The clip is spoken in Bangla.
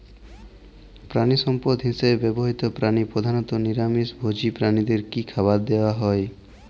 প্রাণিসম্পদ হিসেবে ব্যবহৃত প্রাণী প্রধানত নিরামিষ ভোজী প্রাণীদের কী খাবার দেয়া হয়?